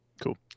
Cool